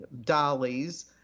dollies